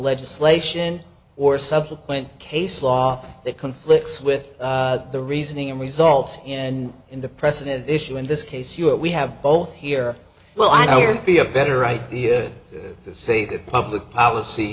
legislation or subsequent case law that conflicts with the reasoning and result and in the precedent issue in this case you what we have both here well i don't be a better idea to say that public policy